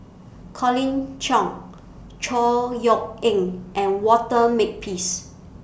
Colin Cheong Chor Yeok Eng and Walter Makepeace